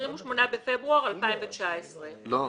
בפברואר 2019. לא.